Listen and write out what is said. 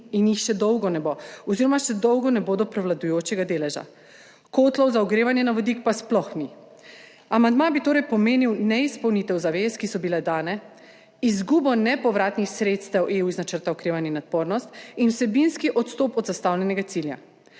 in jih še dolgo ne bo oziroma še dolgo ne bodo prevladujočega deleža, kotlov za ogrevanje na vodik pa sploh ni. Amandma bi torej pomenil neizpolnitev zavez, ki so bile dane, izgubo nepovratnih sredstev EU iz Načrta za okrevanje in odpornost in vsebinski odstop od zastavljenega cilja.